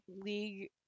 league